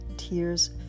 tears